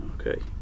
Okay